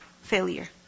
failure